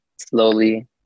slowly